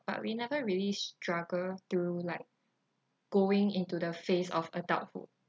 but we never really struggle through like going into the phase of adulthood